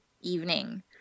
evening